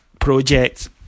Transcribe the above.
project